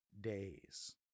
days